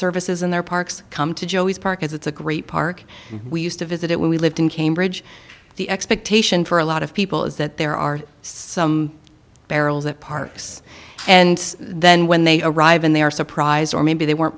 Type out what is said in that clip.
services in their parks come to joey's park as it's a great park we used to visit it when we lived in cambridge the expectation for a lot of people is that there are some barrels that parks and then when they arrive and they are surprised or maybe they weren't